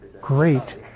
great